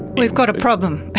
we've got a problem,